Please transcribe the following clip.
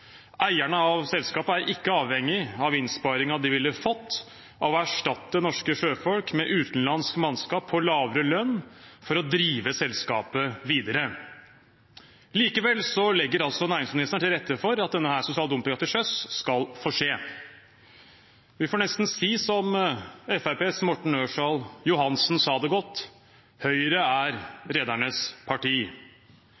Eierne av selskapet er ikke avhengig av innsparingen de ville fått av å erstatte norske sjøfolk med utenlandsk mannskap på lavere lønn for å drive selskapet videre. Likevel legger næringsministeren til rette for at denne sosiale dumpingen til sjøs skal få skje. Vi får nesten si som Fremskrittspartiets Morten Ørsal Johansen sa det så godt: «Høyre er